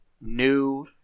new